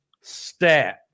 stat